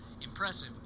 impressive